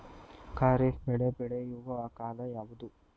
ಖಾರಿಫ್ ಬೆಳೆ ಬೆಳೆಯುವ ಕಾಲ ಯಾವುದು?